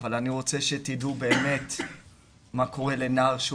אבל אני רוצה שתדעו באמת מה קורה לנער שהוא